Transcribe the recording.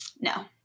No